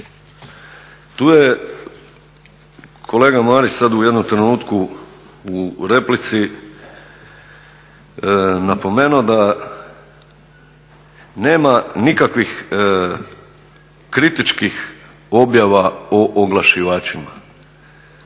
tu je kolega Marić sada u jednom trenutku u replici napomenuo da nema nikakvih kritičkih objava o oglašivačima.